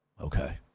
Okay